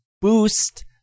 boost